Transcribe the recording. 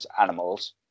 animals